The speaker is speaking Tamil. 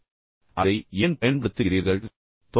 நீங்கள் அதை ஏன் பயன்படுத்துகிறீர்கள் என்பது உங்களுக்குத் தெரியும்